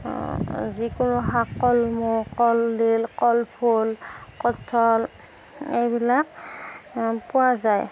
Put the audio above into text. যিকোনো শাক কলমৌ কলডিল কলফুল কঁঠাল এইবিলাক পোৱা যায়